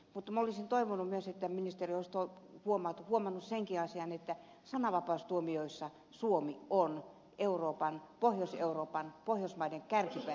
mutta minä olisin toivonut myös että ministeri olisi huomannut senkin asian että sananvapaustuomioissa suomi on pohjois euroopan ja pohjoismaiden kärkipäässä